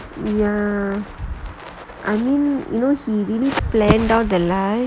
ya I mean maybe he really plan down the line